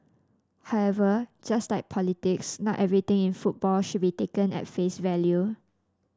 however just like politics not everything in football should be taken at face value